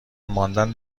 ماندن